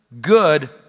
good